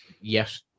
yes